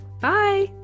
Bye